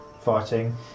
fighting